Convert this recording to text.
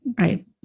Right